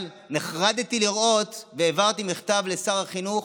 אבל נחרדתי לראות, והעברתי מכתב לשר החינוך,